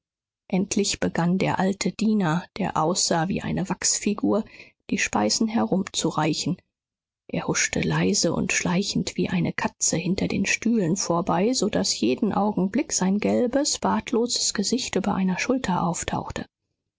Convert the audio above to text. endlich begann der alte diener der aussah wie eine wachsfigur die speisen herumzureichen er huschte leise und schleichend wie eine katze hinter den stühlen vorbei so daß jeden augenblick sein gelbes bartloses gesicht über einer schulter auftauchte